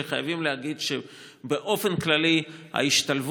חייבים להגיד שבאופן כללי ההשתלבות